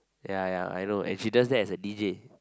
ya ya I know and she does that as a D_J